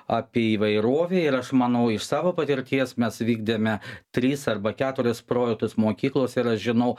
apie įvairovę ir aš manau iš savo patirties mes vykdėme tris arba keturis projektus mokyklose ir aš žinau